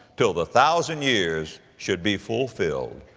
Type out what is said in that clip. till the thousand years should be fulfilled,